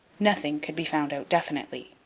nothing could be found out definitely.